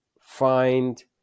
find